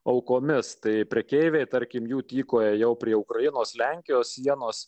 aukomis tai prekeiviai tarkim jų tykojo jau prie ukrainos lenkijos sienos